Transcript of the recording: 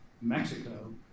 Mexico